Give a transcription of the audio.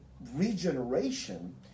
regeneration